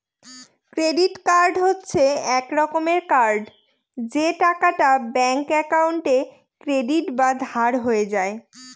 credit card হচ্ছে এক রকমের কার্ড যে টাকাটা ব্যাঙ্ক একাউন্টে ক্রেডিট বা ধার হয়ে যায়